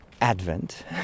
advent